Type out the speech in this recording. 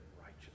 righteous